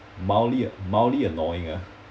mildly mildly annoying ah